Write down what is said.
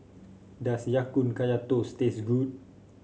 does Ya Kun Kaya Toast taste good